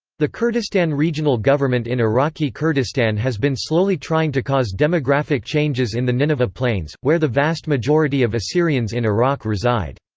kurdistan regional government in iraqi kurdistan has been slowly trying to cause demographic changes in the nineveh plains, where the vast majority of assyrians in iraq reside.